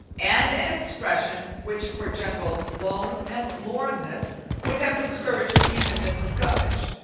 and an expression which for general lone and lorn ness would have discouraged even mrs. gummidge.